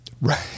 Right